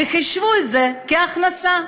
וחישבו את זה כהכנסה.